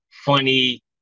funny